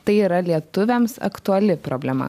tai yra lietuviams aktuali problema